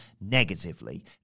negatively